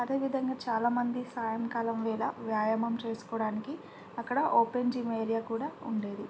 అదేవిధంగా చాలామంది సాయంకాలం వేళ వ్యాయామం చేసుకోవడానికి అక్కడ ఓపెన్ జిమ్ ఏరియా కూడా ఉండేది